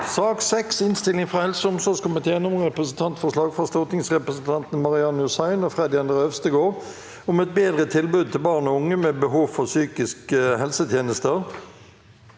Innstilling fra helse- og omsorgskomiteen om Repre- sentantforslag fra stortingsrepresentantene Marian Hus- sein og Freddy André Øvstegård om et bedre tilbud til barn og unge med behov for psykiske helsetjenester